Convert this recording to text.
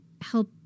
help